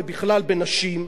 ובכלל בנשים,